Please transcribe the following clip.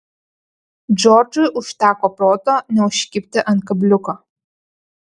džordžui užteko proto neužkibti ant kabliuko